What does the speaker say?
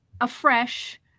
afresh